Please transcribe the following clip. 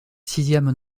sixième